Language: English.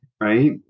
right